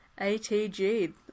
ATG